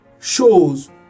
shows